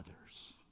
others